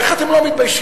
איך אתם לא מתביישים?